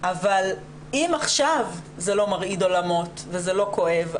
אבל אם עכשיו זה לא מרעיד עולמות ולא כואב,